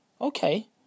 Okay